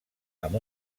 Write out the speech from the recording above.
amb